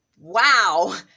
wow